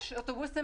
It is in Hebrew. ציבורית.